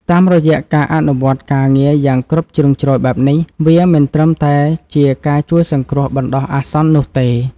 តាមរយៈការអនុវត្តការងារយ៉ាងគ្រប់ជ្រុងជ្រោយបែបនេះ វាមិនត្រឹមតែជាការជួយសង្គ្រោះបណ្ដោះអាសន្ននោះទេ។